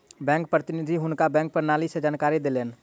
bank प्रतिनिधि हुनका bank प्रणाली के जानकारी देलैन